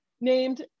named